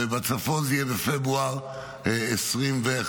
בצפון זה יהיה בפברואר 2025,